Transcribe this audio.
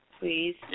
Please